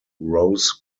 rose